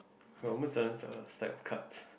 I'm almost done with the stack of cards